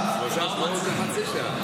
לא חצי שעה.